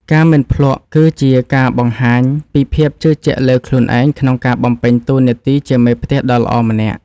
ការមិនភ្លក្ស គឺជាការបង្ហាញពីភាពជឿជាក់លើខ្លួនឯងក្នុងការបំពេញតួនាទីជាមេផ្ទះដ៏ល្អម្នាក់។